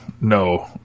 No